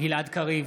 גלעד קריב,